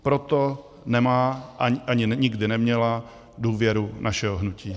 Proto nemá a ani nikdy neměla důvěru našeho hnutí.